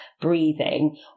breathing